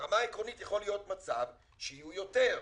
ברמה העקרונית יכול להיות מצב שהוא יותר.